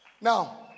Now